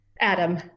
Adam